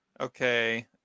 Okay